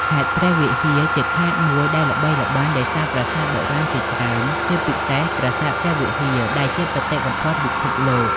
ខេត្តព្រះវិហារជាខេត្តមួយដែលល្បីល្បាញដោយសារប្រាសាទបុរាណជាច្រើន ជាពិសេស ប្រាសាទព្រះវិហារ ដែលជាបេតិកភណ្ឌពិភពលោក។